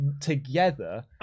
together